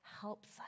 helps